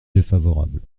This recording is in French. défavorable